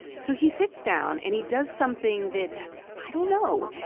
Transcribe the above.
so he sits down, and he does something that i don't know.